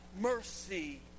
mercy